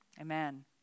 Amen